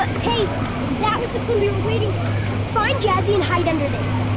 ah kade that was the clue we were waiting for, find jazzy and hide under this!